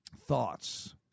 Thoughts